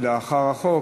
שלאחר החוק.